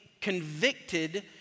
convicted